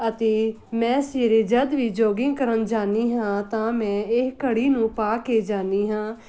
ਅਤੇ ਮੈਂ ਸਵੇਰੇ ਜਦ ਵੀ ਜੋਗਿੰਗ ਕਰਨ ਜਾਂਦੀ ਹਾਂ ਤਾਂ ਮੈਂ ਇਹ ਘੜੀ ਨੂੰ ਪਾ ਕੇ ਜਾਂਦੀ ਹਾਂ